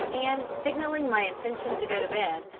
and signalling my intention to go to bed,